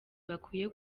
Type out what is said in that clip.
bakwiye